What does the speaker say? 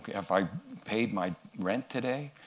have i paid my rent today?